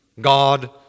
God